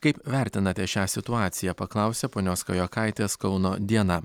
kaip vertinate šią situaciją paklausė ponios kajokaitės kauno diena